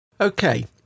Okay